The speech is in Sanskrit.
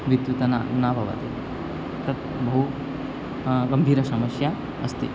विद्युत् न न भवति तत् बहु गम्भीरसमस्या अस्ति